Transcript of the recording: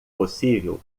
possível